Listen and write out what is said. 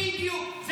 בדיוק,